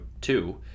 two